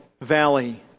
valley